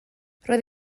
roedd